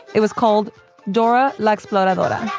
it was called dora la exploradora.